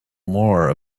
more